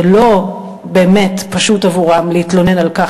זה לא באמת פשוט עבורם להתלונן על כך